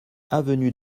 avenue